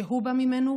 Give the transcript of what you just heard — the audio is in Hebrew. שהוא בא ממנו,